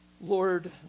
Lord